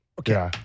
Okay